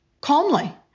calmly